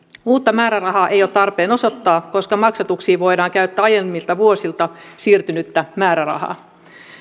uutta määrärahaa ei ole tarpeen osoittaa koska maksatuksiin voidaan käyttää aiemmilta vuosilta siirtynyttä määrärahaa